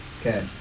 okay